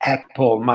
Apple